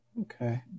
Okay